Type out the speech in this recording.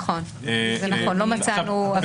זה נכון, לא מצאנו עבירת פרוטקשן.